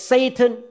Satan